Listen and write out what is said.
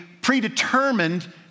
predetermined